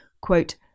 quote